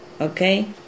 okay